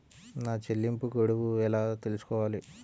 నా చెల్లింపు గడువు ఎలా తెలుసుకోవాలి?